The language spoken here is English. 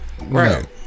Right